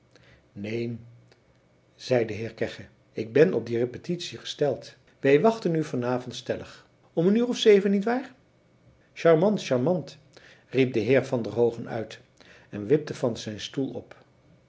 neen zei de heer kegge ik ben op die repetitie gesteld wij wachten u van avond stellig om een uur of zeven niet waar charmant charmant riep de heer van der hoogen uit en wipte van zijn stoel op